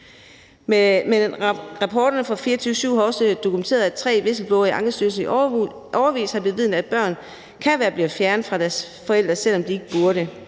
Men rapporterne fra Radio24syv har også dokumenteret, at tre whistleblowere i Ankestyrelsen i årevis har bevidnet, at børn kan være blevet fjernet fra deres forældre, selv om de ikke burde